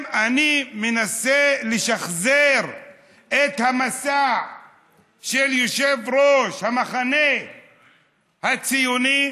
אם אני מנסה לשחזר את המסע של יושב-ראש המחנה הציוני,